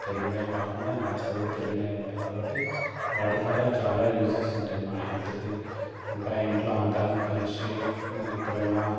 పెరిగినవి కాకుండా న్యాచురల్గా పెరిగినవి ఉంటాయి కాబట్టి వాటి ద్వారా చాలా యూజెస్ ఉంటాయి మా హెల్త్కి ఇంకా ఇంట్లో అందరం కలిసి ఎప్పుడన్నా